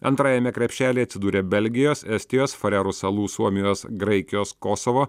antrajame krepšelyje atsidūrė belgijos estijos farerų salų suomijos graikijos kosovo